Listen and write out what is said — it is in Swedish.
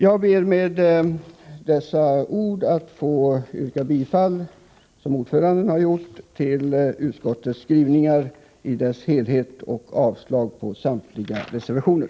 Jag ber att med dessa ord få, liksom utskottsordföranden, yrka bifall till utskottets hemställan i dess helhet och avslag på samtliga reservationer.